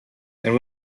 and